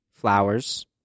flowers